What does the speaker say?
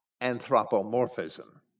anthropomorphism